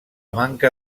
manca